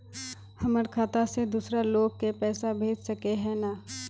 हमर खाता से दूसरा लोग के पैसा भेज सके है ने?